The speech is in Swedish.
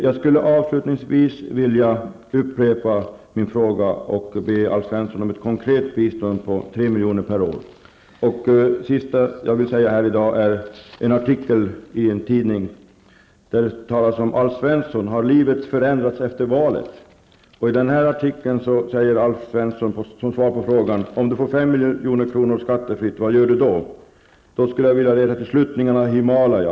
Jag skulle avslutningsvis vilja upprepa min fråga och be Alf Svensson att konkret lova ett bistånd på ''Har livet förändrats efter valet?''. Alf Svensson får frågan: Om du får 5 miljoner skattefritt, vad gör du då? Alf Svensson säger: ''Jag tar med familjen och reser till sluttningarna av Himalaya.